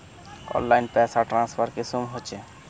Online पैसा transfer कुंसम होचे?